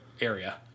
area